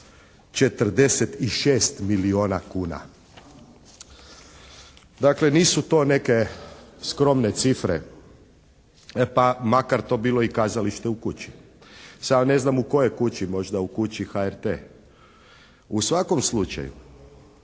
46 milijuna kuna. Dakle nisu to neke skromne cifre pa makar to i bilo "Kazalište u kući", samo ne znam u kojoj kući, možda u kući HRT. U svakom slučaju